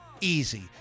Easy